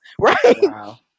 Right